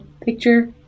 picture